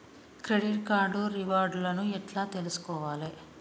Credit card reward లను ఎట్ల తెలుసుకోవాలే?